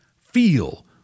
feel